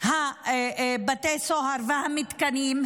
בתי הסוהר והמתקנים,